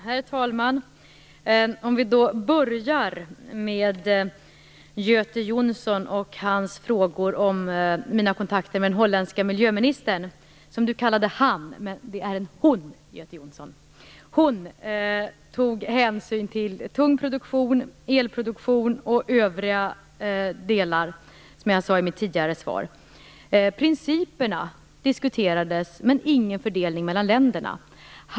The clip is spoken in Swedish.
Herr talman! Jag kan börja med Göte Jonsson och hans frågor om mina kontakter med den holländska miljöministern. Göte Jonsson sade "han", men det är en "hon". Den holländska miljöministern tog hänsyn till tung produktion, elproduktion och övriga delar, som jag sade i mitt tidigare svar. Principerna diskuterades men ingen fördelning mellan länderna.